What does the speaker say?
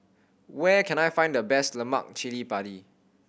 where can I find the best lemak cili padi